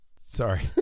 sorry